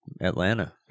Atlanta